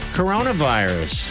coronavirus